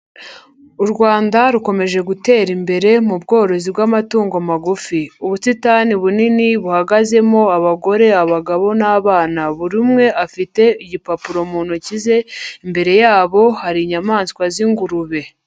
U Rwanda rukomeje gutera imbere mu bworozi bw'amatungo magufi. Ubusitani bunini buhagazemo abagore, abagabo n'abana, buri umwe afite igipapuro mu ntoki ze, imbere yabo hari inyamaswa z'ingurube.